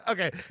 Okay